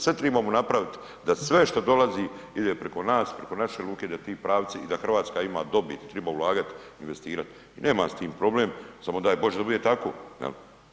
Sve tribamo napraviti da sve što dolazi ide preko nas, preko naše luke i da ti pravci i da Hrvatska ima dobit i triba ulagat investirat i nemam s tim problem, samo daj Bože da bude tako.